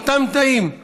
באותם תאים,